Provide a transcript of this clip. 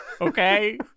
okay